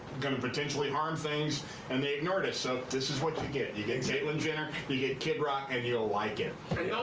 gonna potentially harm things and they ignored us. so this is what you get. you get caitlyn jenner, you get kidd rock and you ah like it. hey,